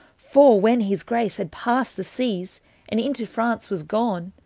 for when his grace had past the seas, and into france was gone,